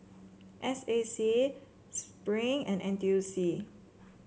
S A C Spring and N T U C